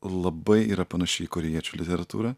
labai yra panaši į korėjiečių literatūrą